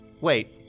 Wait